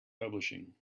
publishing